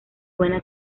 buena